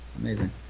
Amazing